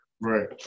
Right